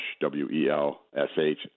W-E-L-S-H